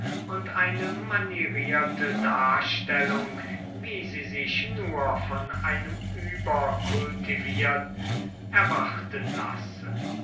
und eine manierierte darstellung wie sie sich nur von einem überkultivierten erwarten lasse